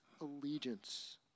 allegiance